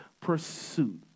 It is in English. pursuit